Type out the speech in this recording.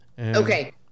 Okay